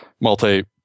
multi